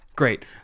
great